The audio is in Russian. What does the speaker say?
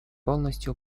полностью